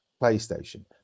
PlayStation